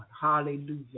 Hallelujah